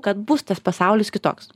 kad bus tas pasaulis kitoks